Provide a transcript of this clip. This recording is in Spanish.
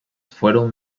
fueron